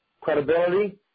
credibility